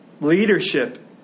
Leadership